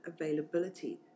availability